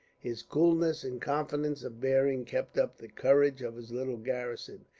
his coolness and confidence of bearing kept up the courage of his little garrison,